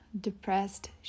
depressed